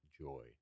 joy